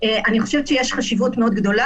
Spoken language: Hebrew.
אני חושבת שיש חשיבות מאוד גדולה,